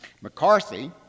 McCarthy